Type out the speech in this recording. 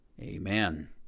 Amen